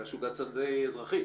הבג"ץ אושר על ידי אזרחים.